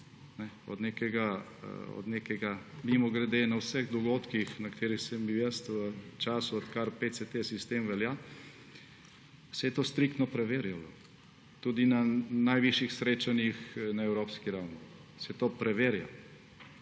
je širjenje okužb. Mimogrede, na vseh dogodkih, na katerih sem bil jaz v času, odkar sistem PCT velja, se je to striktno preverjalo. Tudi na najvišjih srečanjih na evropski ravni se to preverja.